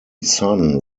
son